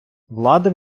влада